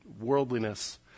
worldliness